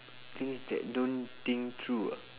things that don't think through ah